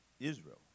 Israel